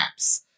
apps